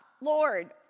Lord